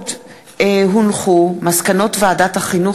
תעודת שחרור לחיילים